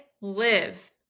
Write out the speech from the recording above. live